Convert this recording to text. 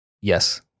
Yes